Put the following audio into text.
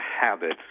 habits